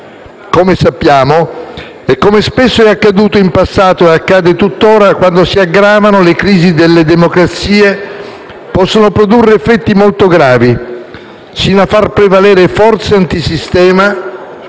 Come sappiamo, e come spesso è accaduto in passato e accade tuttora, quando si aggravano, le crisi delle democrazie possono produrre effetti molto gravi, fino a far prevalere forze antisistema,